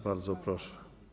Bardzo proszę.